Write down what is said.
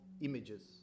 images